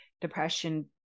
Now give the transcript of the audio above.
depression